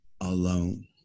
alone